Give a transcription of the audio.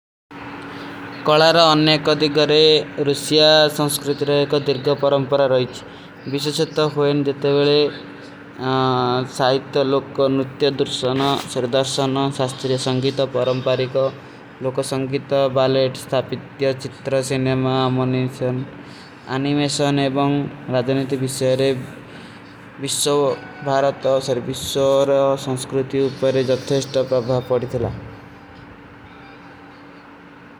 କଲା ଔର ଅନ୍ନେ କଦୀ ଗରେ ରୁସିଯା ସଂସ୍କୃତି କା ଦିଗ୍ଗା ପରଂପରା ରହୀ ଥୀ। ଵିଶୁସ୍ଯତ୍ଵ ହୋନେ ଜିତେ ଵିଲେ ସାହିତ, ଲୋକ, ନୁତ୍ଯ, ଦୁର୍ଶନ, ସର୍ଦର୍ଶନ, ସାସ୍ତିର୍ଯ, ସଂଗୀତ, ପରଂପାରୀ କା, ଲୋକ ସଂଗୀତ, ବାଲେଟ। ସ୍ଥାପିତ୍ଯ, ଚିତ୍ର, ସିନିମ, ଅମୋନେଶନ, ଅନିମେଶନ ଏବଂଗ ରାଜନିତି ଵିଷଯରେ, ଵିଶ୍ଵ, ଭାରତ, ସର୍ଵିଷ୍ଵ ଔର ସଂସ୍କୃତି ଉପରେ ଜତ୍ଥେ ଇସ୍ଟା ପ୍ରଭାବ ପଡୀ ଥିଲା।